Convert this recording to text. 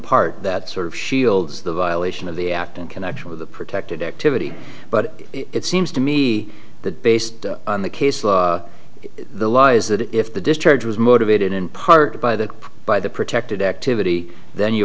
part that sort of shields the violation of the act in connection with a protected activity but it seems to me that based on the case law the law is that if the discharge was motivated in part by the by the protected activity then you